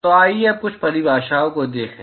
तो आइए अब कुछ परिभाषाओं को देखें